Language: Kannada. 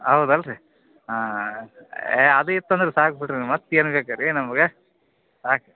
ಹೌದ್ ಅಲ್ಲ ರೀ ಹಾಂ ಹಾಂ ಏ ಅದು ಇತ್ತಂದ್ರೆ ಸಾಕು ಬಿಡಿರಿ ಮತ್ತು ಏನು ಬೇಕು ರೀ ನಮ್ಗೆ ಸಾಕು